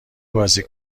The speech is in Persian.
بازی